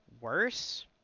worse